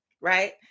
right